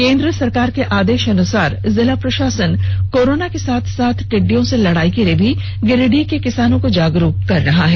केंद्र सरकार के आदेषानुसर जिला प्रशासन कोरोना के साथ साथ टिड्डियों से लड़ाई के लिए भी गिरिडीह के किसानों को जागरूक कर रही है